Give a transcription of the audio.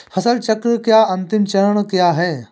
फसल चक्र का अंतिम चरण क्या है?